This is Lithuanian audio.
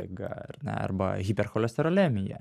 liga ar ne arba hipercholesterolemija